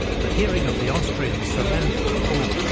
but hearing of the austrian surrender at ulm,